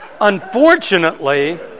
Unfortunately